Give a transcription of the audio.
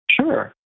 Sure